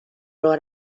راه